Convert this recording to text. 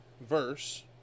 verse